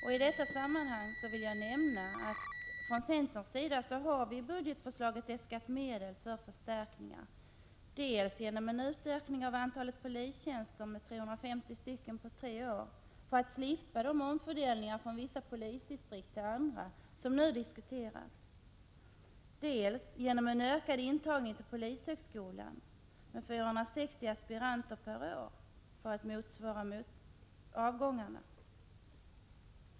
I detta sammanhang vill jag nämna att vi från centerns sida i budgetförslaget har äskat medel för förstärkningar dels genom en utökning av antalet polistjänster med 350 på tre år för att slippa de omfördelningar från vissa polisdistrikt till andra som nu diskuteras, dels genom ökning av intagningen till polishögskolan med 460 aspiranter per år för att motverka avgångarna.